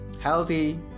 healthy